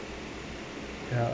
ya